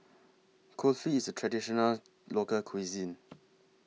Kulfi IS A Traditional Local Cuisine